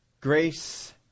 grace